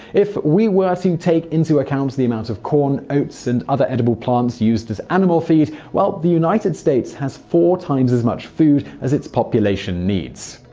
if we were to take into account the amount of corn, oats, and other edible plants used as animal feed, the united states has four times as much food as its population needs.